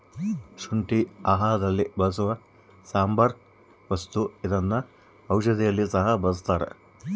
ಶುಂಠಿ ಆಹಾರದಲ್ಲಿ ಬಳಸುವ ಸಾಂಬಾರ ವಸ್ತು ಇದನ್ನ ಔಷಧಿಯಲ್ಲಿ ಸಹ ಬಳಸ್ತಾರ